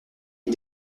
ils